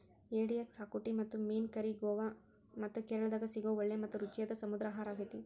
ಏಡಿಯ ಕ್ಸಾಕುಟಿ ಮತ್ತು ಮೇನ್ ಕರಿ ಗೋವಾ ಮತ್ತ ಕೇರಳಾದಾಗ ಸಿಗೋ ಒಳ್ಳೆ ಮತ್ತ ರುಚಿಯಾದ ಸಮುದ್ರ ಆಹಾರಾಗೇತಿ